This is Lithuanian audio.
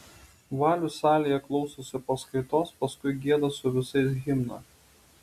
valius salėje klausosi paskaitos paskui gieda su visais himną